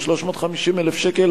הוא 350,000 שקל,